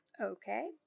okay